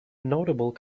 notable